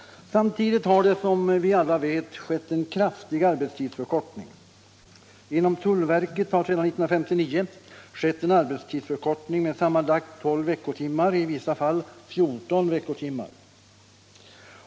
Samtidigt har det som vi alla vet skett en kraftig arbetstidsförkortning. Inom tullverket har sedan 1959 skett en arbetstidsförkortning med sammanlagt 12 veckotimmar, i vissa fall 14 veckotimmar.